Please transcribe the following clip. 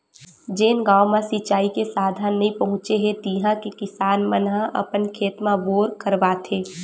जेन गाँव म सिचई के साधन नइ पहुचे हे तिहा के किसान मन ह अपन खेत म बोर करवाथे